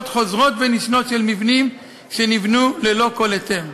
חוזרות ונשנות של מבנים שנבנו ללא כל היתר.